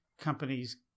companies